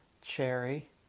cherry